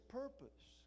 purpose